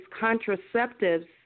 contraceptives